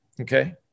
Okay